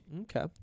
Okay